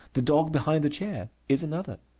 the dog behind the chair is another,